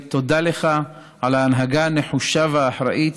תודה לך על ההנהגה הנחושה והאחראית